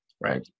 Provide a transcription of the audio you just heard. right